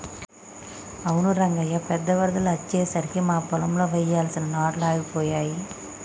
అవును రంగయ్య పెద్ద వరదలు అచ్చెసరికి మా పొలంలో వెయ్యాల్సిన నాట్లు ఆగిపోయాయి